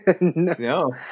No